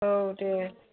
औ दे